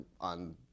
on